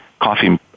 coffee